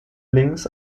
links